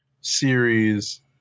series